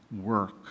work